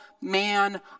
man